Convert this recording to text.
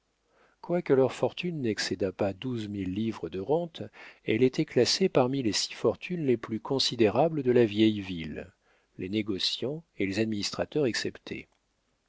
quoique leur fortune n'excédât pas douze mille livres de rente elle était classée parmi les six fortunes les plus considérables de la vieille ville les négociants et les administrateurs